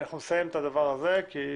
נסיים קודם